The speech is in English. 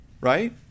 right